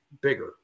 bigger